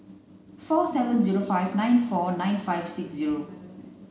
four seven zero five nine four nine five six zero